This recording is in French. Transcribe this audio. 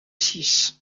six